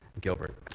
Gilbert